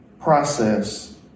process